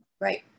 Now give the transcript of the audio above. Right